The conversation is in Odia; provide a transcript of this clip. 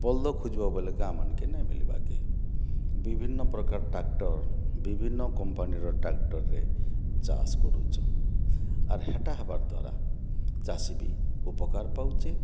ବଲଦ ଖୋଜିବା ବୋଇଲେ ଗାଁମାନଙ୍କେ ନାଇଁ ମିଲିବାକେ ବିଭିନ୍ନ ପ୍ରକାର ଟ୍ରାକ୍ଟର ବିଭିନ୍ନ କମ୍ପାନୀର ଟ୍ରାକ୍ଟରରେ ଚାଷ କରୁଛନ୍ ଆର୍ ହେଟା ହେବାର୍ ଦ୍ଵାରା ଚାଷି ବି ଉପକାର ପାଉଛେ